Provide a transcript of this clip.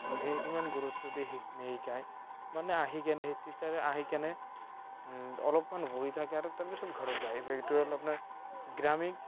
সেই ইমান গুৰুত্ব দি নিশিকায় মানে আহি কিনে সেই টিচ্ছাৰে আহি কিনে অলপমান বহি থাকে আৰু তাৰপিছত ঘৰত যায় সেইটোৱে হ'ল আপোনাৰ গ্ৰামীণ